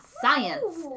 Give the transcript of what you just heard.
science